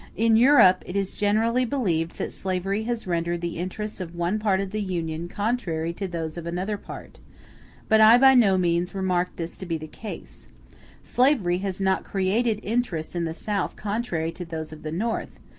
in europe it is generally believed that slavery has rendered the interests of one part of the union contrary to those of another part but i by no means remarked this to be the case slavery has not created interests in the south contrary to those of the north,